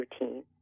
routine